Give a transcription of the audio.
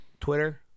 Twitter